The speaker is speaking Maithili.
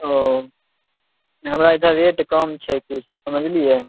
ओ हमरा इधर रेट कम छै कुछ समझलियै